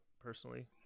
personally